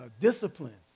disciplines